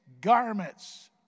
garments